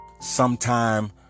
Sometime